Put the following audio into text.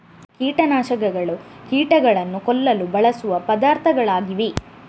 ಕೀಟ ನಾಶಕಗಳು ಕೀಟಗಳನ್ನು ಕೊಲ್ಲಲು ಬಳಸುವ ಪದಾರ್ಥಗಳಾಗಿವೆ